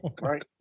right